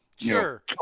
Sure